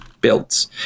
builds